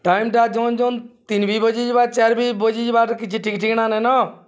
ଟାଇମଟା ଜନ୍ ଜନ୍ ତିନ ବିି ବଜି ଯିବା ଚାରି ବିି ବଜି ଯିବା କିଛି ଠିକ୍ ଠିକଣା ନେନ